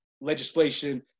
legislation